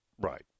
Right